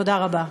תודה רבה.